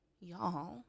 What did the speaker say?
y'all